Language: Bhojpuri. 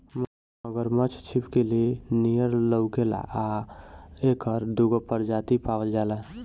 मगरमच्छ छिपकली नियर लउकेला आ एकर दूगो प्रजाति पावल जाला